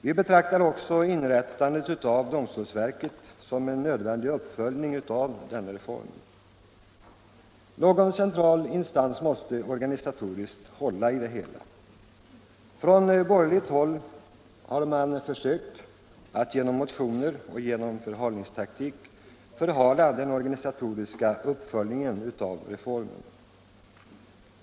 Vi betraktar också inrättandet av domstolsverket som en nödvändig uppföljning av den reformen. Någon central instans måste organisatoriskt hålla i det hela. Från borgerligt håll har man försökt att genom motioner och förhalningstaktik försena den organisatoriska uppföljningen av reformen.